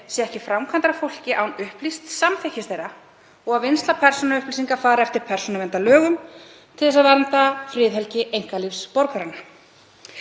séu ekki framkvæmdar á fólki án upplýsts samþykkis þess og að vinnsla persónuupplýsinga fari eftir persónuverndarlögum til að vernda friðhelgi einkalífs borgaranna.